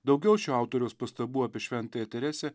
daugiau šio autoriaus pastabų apie šventąją teresę